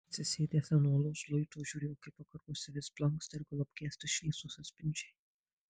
atsisėdęs ant uolos luito žiūrėjo kaip vakaruose vis blanksta ir galop gęsta šviesos atspindžiai